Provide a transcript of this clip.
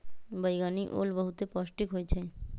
बइगनि ओल बहुते पौष्टिक होइ छइ